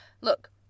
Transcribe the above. Look